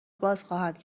بازخواهند